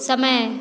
समय